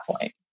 point